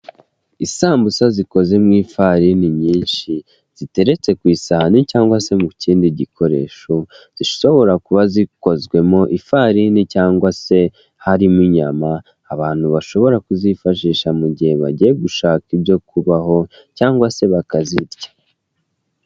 Isambusa zikoze mu ifarini nyinshi ziteretse ku isahani cyangwa se mu kindi gikoresho zishobora kuba zikozwe mu ifarini cyangwa se harimo inyama abantu bashobora kuzifashisha mu gihe bagiye gushaka ibyo kubaho cyangwa se bakazirya.